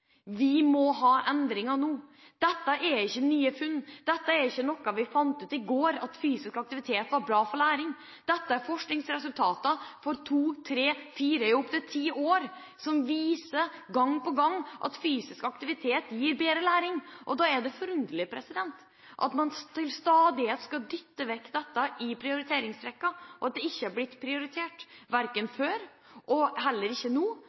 Vi må ha endringer nå. Dette er ikke nye funn, dette er ikke noe vi fant ut i går, at fysisk aktivitet er bra for læring, dette er forskningsresultater fra to, tre, fire, ja, opptil ti år tilbake, som viser – gang på gang – at fysisk aktivitet gir bedre læring. Da er det forunderlig at man til stadighet skal dytte vekk dette i prioriteringsrekken, og at det ikke er blitt prioritert, ikke før og heller ikke nå,